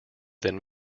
than